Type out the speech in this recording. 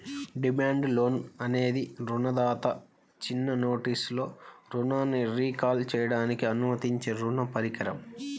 demand loan అనేది రుణదాత చిన్న నోటీసులో రుణాన్ని రీకాల్ చేయడానికి అనుమతించే రుణ పరికరం